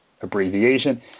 abbreviation